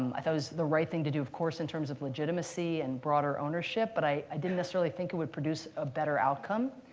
um i thought it was the right thing to do, of course, in terms of legitimacy and broader ownership, but i didn't necessarily think it would produce a better outcome.